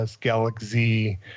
Galaxy